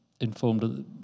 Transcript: informed